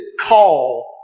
Call